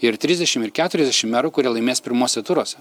ir trisdešim ir keturiasdešim merų kurie laimės pirmuose turuose